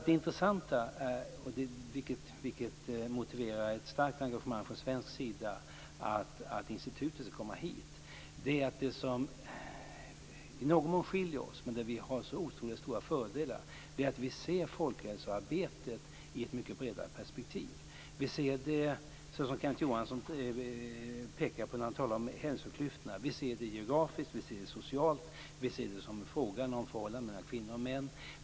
Det intressanta, vilket motiverar ett starkt engagemang från svensk sida att institutet skall komma hit, är att det som i någon mån skiljer oss och där vi har så otroligt stora fördelar är att vi ser folkhälsoarbetet i ett mycket bredare perspektiv. Vi ser det - som Kenneth Johansson pekar på när han talar om hälsoklyftorna - geografiskt, socialt och som en fråga om förhållandet mellan kvinnor och män.